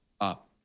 up